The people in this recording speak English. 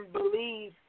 believe